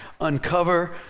uncover